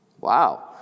Wow